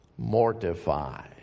Mortify